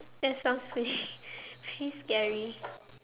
that sounds really really scary